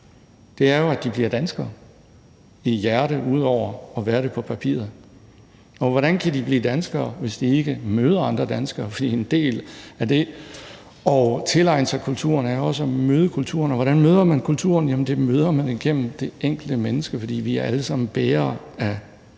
håb er jo, at de bliver danskere i hjertet ud over at være det på papiret, og hvordan kan de blive danskere, hvis de ikke møder andre danskere, fordi en del af det at tilegne sig kulturen er også at møde kulturen, og hvordan møder man kulturen? Jamen den møder man igennem det enkelte menneske, fordi vi alle sammen er bærere af